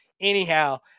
anyhow